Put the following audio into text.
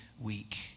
week